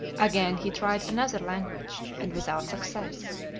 again he tried another language and without success.